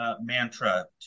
mantra